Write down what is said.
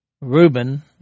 Reuben